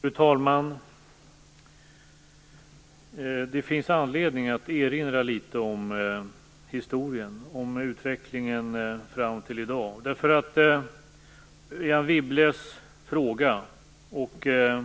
Fru talman! Det finns anledning att erinra litet om historien, om utvecklingen fram till i dag. Av Anne Wibbles interpellation och inlägg